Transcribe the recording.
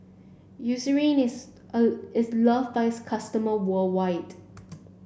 Eucerin is a is loved by its customer worldwide